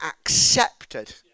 accepted